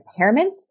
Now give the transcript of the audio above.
impairments